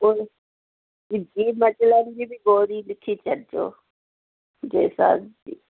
पोइ जी मचलाइन जी बि गोरी लिखी छॾिजो जंहिंसां जी